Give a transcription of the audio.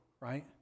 right